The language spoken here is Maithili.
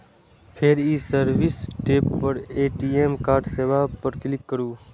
फेर ई सर्विस टैब पर ए.टी.एम कार्ड सेवा पर क्लिक करू